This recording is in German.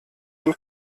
und